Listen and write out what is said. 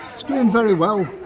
it's doing very well,